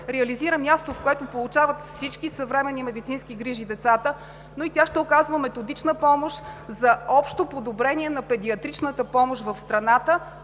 реализира място, в което децата да получават всички съвременни медицински грижи, но и тя ще оказва методична помощ за общо подобрение на педиатричната помощ в страната,